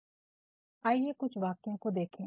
आइए कुछ वाक्यों को देखें